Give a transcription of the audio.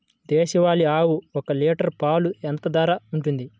దేశవాలి ఆవులు ఒక్క లీటర్ పాలు ఎంత ధర ఉంటుంది?